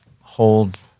hold